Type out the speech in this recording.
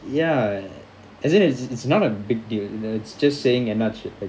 ya as in is it's not a big deal you know it's just saying என்னாச்சு:ennachu